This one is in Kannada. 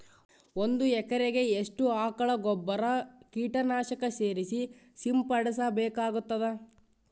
ಒಂದು ಎಕರೆಗೆ ಎಷ್ಟು ಆಕಳ ಗೊಬ್ಬರ ಕೀಟನಾಶಕ ಸೇರಿಸಿ ಸಿಂಪಡಸಬೇಕಾಗತದಾ?